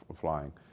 flying